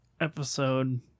episode